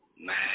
Man